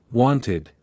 wanted